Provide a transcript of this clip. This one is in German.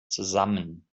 zusammen